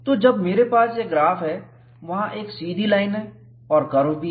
तो जब मेरे पास यह ग्राफ है वहां एक सीधी लाइन है और कर्व भी है